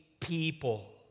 people